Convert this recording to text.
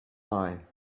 eye